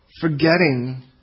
forgetting